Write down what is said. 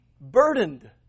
burdened